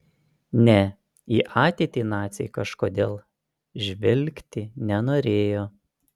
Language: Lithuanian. ne į ateitį naciai kažkodėl žvelgti nenorėjo